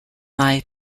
life